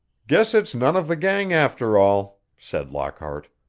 guess it's none of the gang, after all, said lockhart.